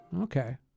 Okay